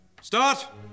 Start